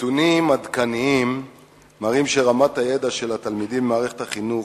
נתונים עדכניים מראים שרמת הידע של התלמידים במערכת החינוך